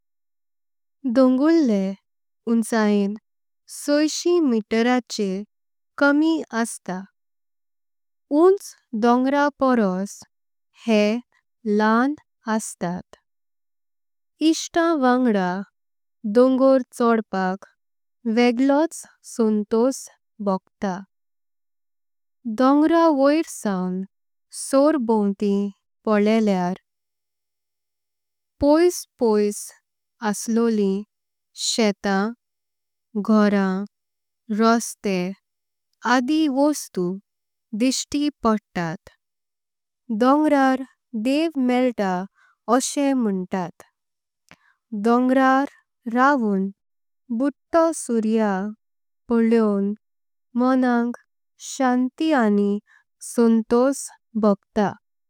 डोंगुरले उंचयें सइक्षम मीटराचे कमी असता। उंच डोंगर परोस हे ल्हान अस्तात इक्सीटाम। वांग्डा डोंगर चोडपाक वेगळोच संतोष भोगटा। डोंगरा वोरसावूं सोंर्भोंव्तिं पोळेळार पॉय पॉय। असलोलीं शेता, घोरा, रॉस्ते आदी वस्तु। दृष्टि पडतांत डोंगरार देव मेळ्टा असेम। म्होंतात डोंगरार रवून बुद्धो सूर्या पोळेऊन। मोंनाक शांति आनी संतोष भोगटा।